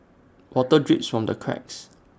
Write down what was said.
water drips from the cracks